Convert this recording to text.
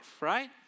right